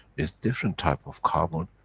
is different type of carbon,